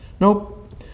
Nope